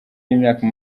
y’imyaka